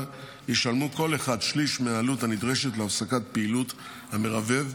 ישלמו כל אחד שליש מהעלות הנדרשת להפסקת פעילות המרבב,